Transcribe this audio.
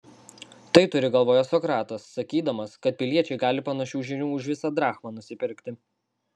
tai turi galvoje sokratas sakydamas kad piliečiai gali panašių žinių už visą drachmą nusipirkti